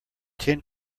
ten